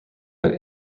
but